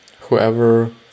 whoever